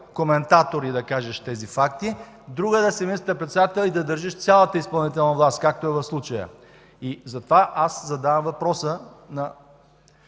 коментатор и да кажеш тези факти, друго е да си министър-председател и да държиш цялата изпълнителна власт, както е в случая. Затова аз задавам въпроса